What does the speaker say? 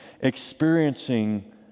experiencing